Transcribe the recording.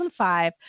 2005